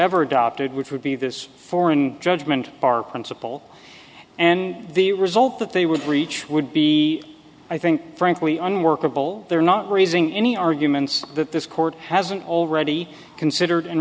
ever adopted which would be this foreign judgment bar and simple and the result that they would reach would be i think frankly unworkable they're not raising any arguments that this court hasn't already considered and